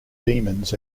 demons